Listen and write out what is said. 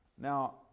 Now